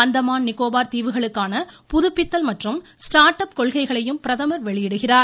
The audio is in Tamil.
அந்தமான் நிக்கோபர் தீவுகளுக்கான புதுப்பித்தல் மற்றும் ஸ்டார்ட் அப் கொள்கைகளையும் பிரதமர் வெளியிடுகிறார்